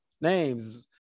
names